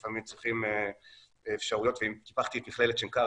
לפעמים צריכים אפשרויות ואם שכחתי את מכללת שנקר,